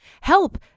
Help